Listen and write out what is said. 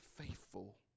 faithful